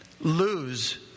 lose